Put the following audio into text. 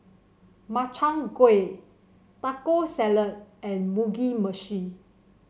Makchang Gui Taco Salad and Mugi Meshi